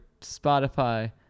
Spotify